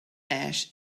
ash